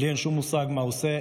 ולי אין שום מושג מה הוא עושה,